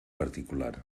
particular